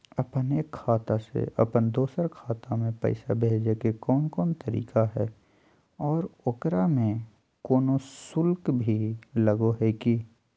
अपन एक खाता से अपन दोसर खाता में पैसा भेजे के कौन कौन तरीका है और ओकरा में कोनो शुक्ल भी लगो है की?